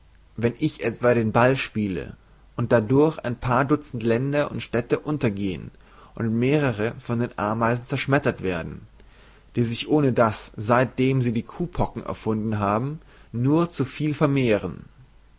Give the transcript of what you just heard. wenn ich etwa den ball spiele und dadurch ein paar duzzend länder und städte untergehen und mehrere von den ameisen zerschmettert werden die sich ohnedas seitdem sie die kuhpocken erfunden haben nur zu viel vermehren